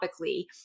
topically